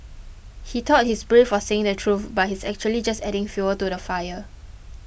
he thought he's brave for saying the truth but he's actually just adding fuel to the fire